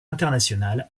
internationale